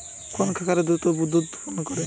কোন খাকারে দ্রুত দুধ উৎপন্ন করে?